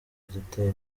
gitera